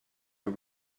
her